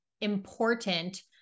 important